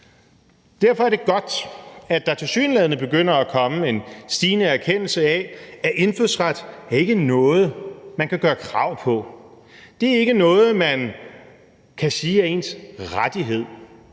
Derfor er det godt, at der tilsyneladende begynder at komme en stigende erkendelse af, at indfødsret ikke er noget, man kan gøre krav på. Det er ikke noget, man kan sige er ens rettighed.